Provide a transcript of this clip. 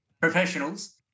professionals